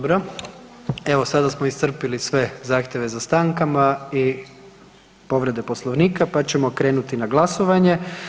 Dobro, evo sada smo iscrpili sve zahtjeve za stankama i povrede Poslovnika pa ćemo krenuti na glasovanje.